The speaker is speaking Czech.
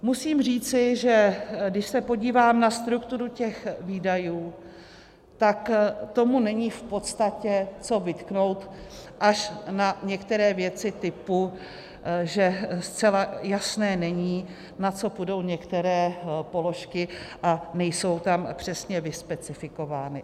Musím říci, že když se podívám na strukturu těch výdajů, tak tomu není v podstatě co vytknout až na některé věci typu, že není zcela jasné, na co půjdou některé položky, a nejsou tam přesně vyspecifikovány.